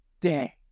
day